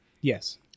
Yes